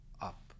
up